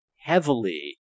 heavily